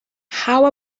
how